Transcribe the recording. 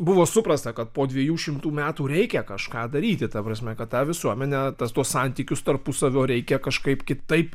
buvo suprasta kad po dviejų šimtų metų reikia kažką daryti ta prasme kad tą visuomenę tas tuos santykius tarpusavio reikia kažkaip kitaip